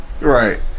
Right